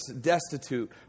destitute